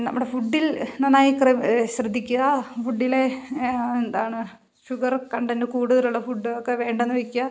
നമ്മുടെ ഫുഡിൽ നന്നായി കുറേ ശ്രദ്ധിക്കുക ഫുഡിലെ എന്താണ് ഷുഗറ് കണ്ടൻ്റ് കൂടുതലുള്ള ഫുഡൊക്കെ വേണ്ടെന്നു വെക്കുക